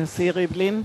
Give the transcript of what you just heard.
הנשיא ריבלין,